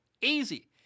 Easy